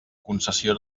concessió